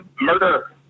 murder